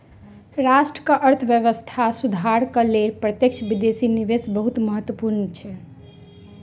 राष्ट्रक अर्थव्यवस्था सुधारक लेल प्रत्यक्ष विदेशी निवेश बहुत महत्वपूर्ण अछि